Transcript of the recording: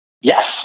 Yes